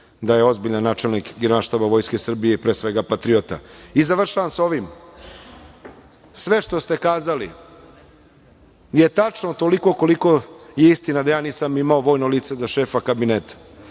da je ozbiljan načelnik Generalštaba Vojske Srbije i pre svega patriota. Završavam sa ovim. Sve što ste kazali je tačno toliko koliko je istina da ja nisam imao vojno lice za šefa kabineta.